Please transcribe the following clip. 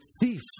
Thief